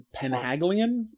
Penhaglian